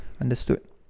Understood